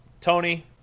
Tony